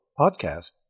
podcast